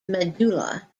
medulla